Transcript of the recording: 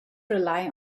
rely